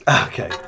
okay